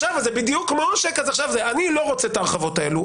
אני לא רוצה את ההרחבות האלה.